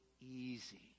easy